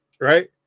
right